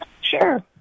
Sure